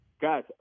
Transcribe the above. guys